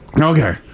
Okay